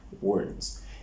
words